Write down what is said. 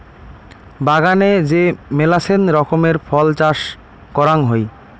বাগানে যে মেলাছেন রকমের ফল চাষ করাং হই